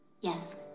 Yes